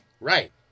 Right